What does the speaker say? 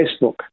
Facebook